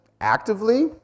actively